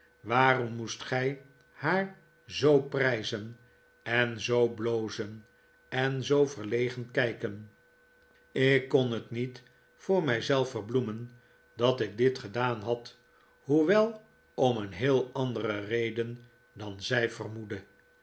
waarom moest gij haar zoo prijzen en zoo blozen en zoo verlegen kijken ik kon het niet voor mij zelf verbloemen dat ik dit gedaan had hoewel om een heel andere reden dan zij vermoedde